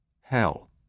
Hell